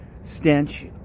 stench